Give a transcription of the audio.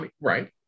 right